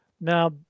Now